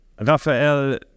Raphael